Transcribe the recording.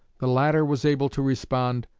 the latter was able to respond,